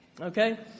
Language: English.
okay